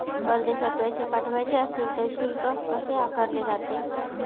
परदेशात पैसे पाठवायचे असतील तर शुल्क कसे आकारले जाते?